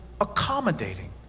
accommodating